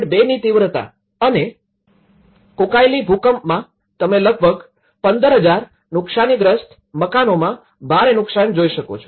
૨ની તીવ્રતા અને કોકાઇલી ભૂકંપમાં તમે લગભગ ૧૫૦૦૦ નુકશાનીગ્રસ્ત મકાનોનોમાં ભારે નુકશાન જોઈ શકો છો